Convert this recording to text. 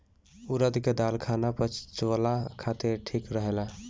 उड़द के दाल खाना पचावला खातिर ठीक रहेला